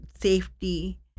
safety